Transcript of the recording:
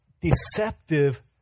deceptive